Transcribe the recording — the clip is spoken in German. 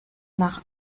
nach